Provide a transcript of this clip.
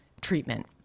treatment